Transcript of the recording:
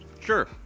Sure